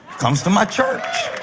comes to my church.